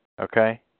okay